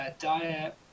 diet